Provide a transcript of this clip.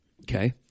Okay